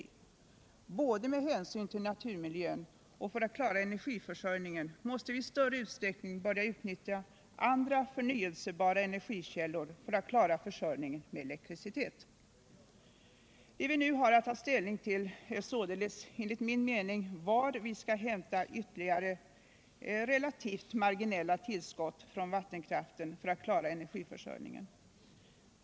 Både 15 december 1977 av hänsyn till naturmiljön och för att klara energiförsörjningen måste vi i större utsträckning börja utnyttja andra förnyelsebara energikällor. Den fysiska Det vi nu har att ta ställning till är således enligt min mening var = riksplaneringen för vi skall hämta ytterligare relativt marginella tillskott från vattenkraften vattendrag i norra för att klara energiförsörjningen.